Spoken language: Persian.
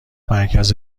مرکز